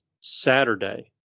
Saturday